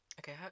Okay